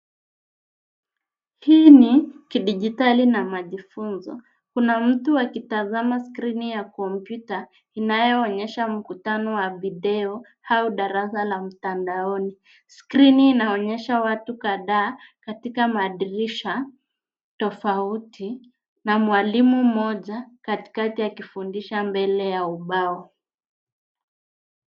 Hii ni kidijitali na majifunzo. Kuna mtu akitazama skrini ya kompyuta, inayoonyesha mkutano wa video au darasa la mtandaoni. Skrini inaonyesha watu kadha katika madirisha tofauti na mwalimu mmoja katikati akifundisha mbele ya ubao.